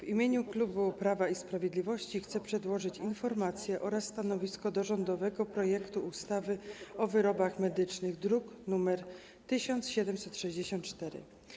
W imieniu klubu Prawo i Sprawiedliwość chcę przedłożyć informację oraz stanowisko wobec rządowego projektu ustawy o wyrobach medycznych, druk nr 1764.